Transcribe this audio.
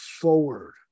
forward